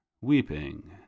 weeping